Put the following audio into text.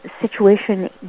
situation